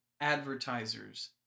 advertisers